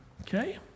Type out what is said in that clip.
Okay